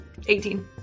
18